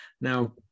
Now